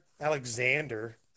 Alexander